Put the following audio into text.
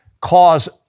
cause